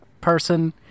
person